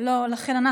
לא.